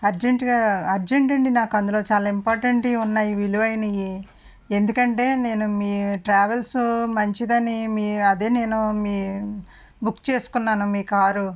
అర్జెంటుగా అర్జెంటు ఉండి నాకు అందులో చాలా ఇంపార్టెంట్వి ఉన్నాయి విలువైనవి ఎందుకంటే నేను మీ ట్రావెల్స్ మంచిది అని అదే నేను మీ బుక్ చేసుకున్నాను మీ కారు